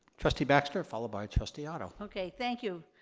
trustee baxter followed by trustee otto. okay, thank you.